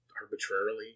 arbitrarily